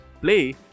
play